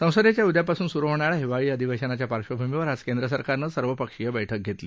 संसदेच्या उद्यापासून सुरू होणा या हिवाळी अधिवेशनाच्या पार्धभूमीवर आज केंद्र सरकारनं सर्वपक्षीय बैठक घेतली